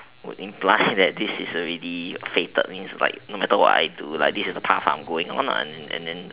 would imply that this is already fated means like no matter what I do like this is the path I am going on ah and then